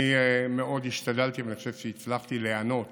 אני מאוד השתדלתי, ואני חושב שהצלחתי להיענות